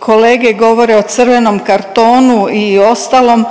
kolege govore o crvenom kartonu i ostalom,